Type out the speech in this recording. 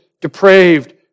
depraved